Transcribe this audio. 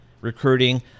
recruiting